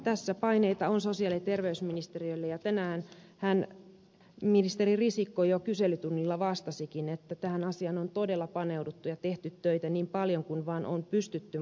tässä paineita on sosiaali ja terveysministeriöllä ja tänäänhän ministeri risikko jo kyselytunnilla vastasikin että tähän asiaan on todella paneuduttu ja tehty töitä niin paljon kuin vaan on pystytty